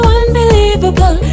unbelievable